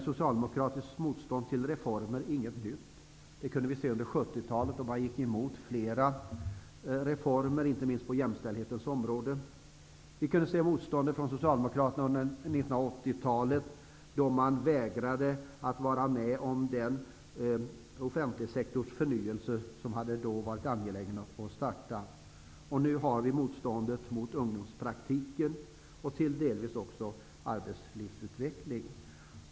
Socialdemokratiskt motstånd mot reformer är inget nytt. Det kunde vi se under 1970-talet då Socialdemokraterna gick emot flera reformer, inte minst på jämställdhetens område. Vi kunde se motstånd från Socialdemokraterna under 1980 talet, då de vägrade att medverka till den offentliga sektorns förnyelse, som då hade varit angelägen att starta. Nu ser vi motståndet mot ungdomspraktik och delvis också mot arbetslivsutveckling.